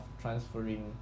transferring